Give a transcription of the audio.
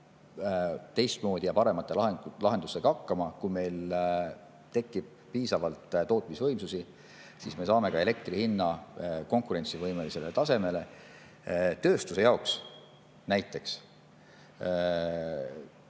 teistmoodi ja paremate lahendustega hakkama. Kui meil tekib piisavalt tootmisvõimsusi, siis me saame ka elektri hinna konkurentsivõimelisele tasemele. Tööstuse jaoks, kui